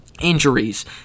injuries